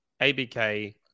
abk